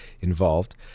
involved